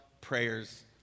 prayers